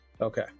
okay